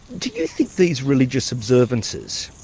do you think these religious observances,